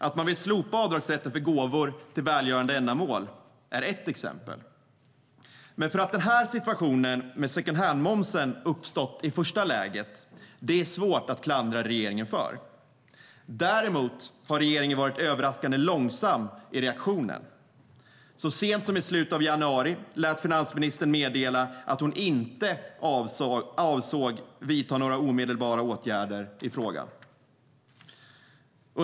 Att man vill slopa avdragsrätten för gåvor till välgörande ändamål är ett exempel. Men att situationen med second hand-momsen uppstått i första läget är det svårt att klandra regeringen för. Däremot har regeringen varit överraskande långsam att reagera. Så sent som i slutet av januari lät finansministern meddela att hon inte avsåg att vidta några omedelbara åtgärder i frågan.